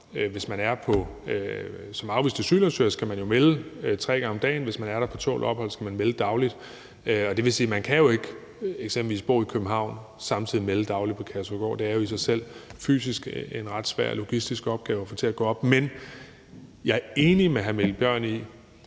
som afvist asylansøger, skal man jo melde sig tre gange om dagen, og hvis man er der på tålt ophold, skal man melde sig dagligt. Det vil sige, at man eksempelvis ikke kan bo i København og samtidig melde sig dagligt på Kærshovedgård. Det er jo i sig selv fysisk en ret svær logistisk ligning at få til at gå op. Men jeg er enig med hr. Mikkel Bjørn i,